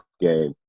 game